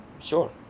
sure